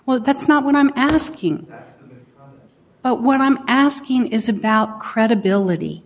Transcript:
well that's not what i'm asking but what i'm asking is about credibility